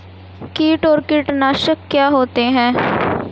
कीट और कीटनाशक क्या होते हैं?